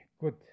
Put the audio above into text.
good